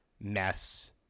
mess